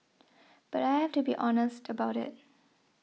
but I have to be honest about it